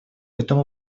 этому